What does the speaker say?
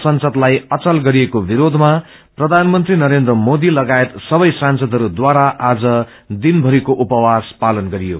संसदलाई अचल गराएको विरोधमा प्रधानमंत्री नरेन्द्र मोदी सहित सबै सासंदहरू द्वारा आज दिनभरिको उपवास पालन गरियो